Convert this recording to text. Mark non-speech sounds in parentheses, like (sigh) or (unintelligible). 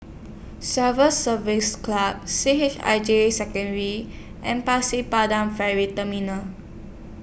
Civil Service Club C H I J Secondary and Pasir (unintelligible) Ferry Terminal